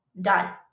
Done